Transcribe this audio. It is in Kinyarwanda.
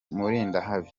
mulindahabi